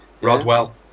Rodwell